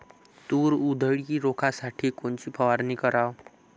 तूर उधळी रोखासाठी कोनची फवारनी कराव?